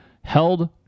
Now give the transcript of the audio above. held